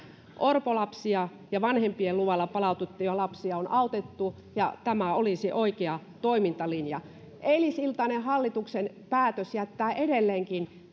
orpolapsia ja vanhempien luvalla palautettuja lapsia on autettu ja tämä olisi oikea toimintalinja eilisiltainen hallituksen päätös jättää edelleenkin